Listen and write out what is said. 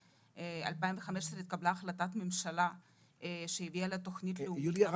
ב-2015 התקבלה החלטת ממשלה שהביאה לתוכנית לאומית --- יוליה,